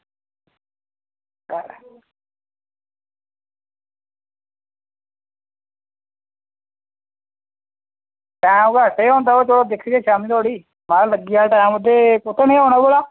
time घट्ट गै होंदा तुस दिखगे शामीं धोड़ी मत लग्गी जा टैम ते कुत्थें नेह् औना भला